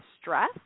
stress